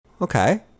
okay